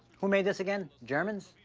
who made this again, germans?